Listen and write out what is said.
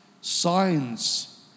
signs